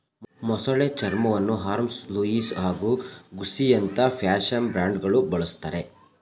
ಮೊಸಳೆ ಚರ್ಮವನ್ನು Hermes Louis ಹಾಗೂ ಗುಸ್ಸಿಯಂತ ಫ್ಯಾಷನ್ ಬ್ರ್ಯಾಂಡ್ಗಳು ಬಳುಸ್ತರೆ